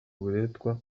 uburetwa